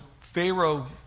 pharaoh